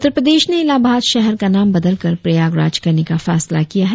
उत्तर प्रदेश सरकार ने इलाहाबाद शहर का नाम बदलकर प्रयागराज करने का फैसला किया है